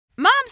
Moms